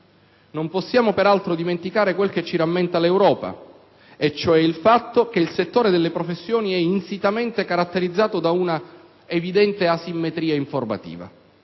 Non possiamo peraltro dimenticare quel che ci rammenta l'Europa, e cioè il fatto che il settore delle professioni è insitamente caratterizzato da un'evidente asimmetria informativa: